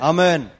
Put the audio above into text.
Amen